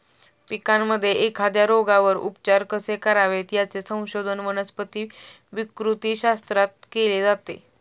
पिकांमध्ये एखाद्या रोगावर उपचार कसे करावेत, याचे संशोधन वनस्पती विकृतीशास्त्रात केले जाते